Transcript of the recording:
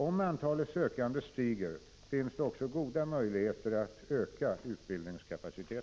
Om antalet sökande stiger, finns det också goda möjligheter att öka utbildningskapaciteten.